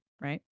right